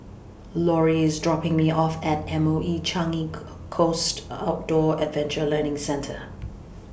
Lauri IS dropping Me off At M O E Changi Coast Outdoor Adventure Learning Centre